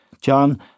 John